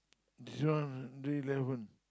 this one new driver